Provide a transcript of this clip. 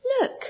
look